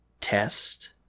test